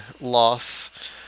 loss